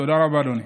תודה רבה, אדוני.